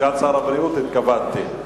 סגן שר הבריאות, התכוונתי.